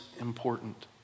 important